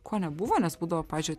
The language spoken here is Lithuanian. ko nebuvo nes būdavo pavyzdžiui